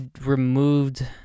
removed